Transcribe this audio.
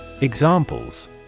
Examples